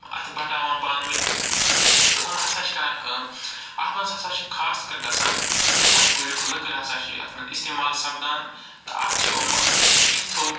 اَتھہٕ بَٹاوان پانہٕ وٲنۍ تہٕ یِم ہسا چھِ کران کٲم اَتھ منٛز ہسا چھِ خاص کر گژھان ڈوٗنۍ کُلیٛک لٔکٕر ہسا چھِ اَتھ منٛز اسٮتعمال سَپدان تہٕ اَتھ چھِ یِم کینٛژوٚو